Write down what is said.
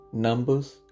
Numbers